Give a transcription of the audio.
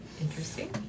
Interesting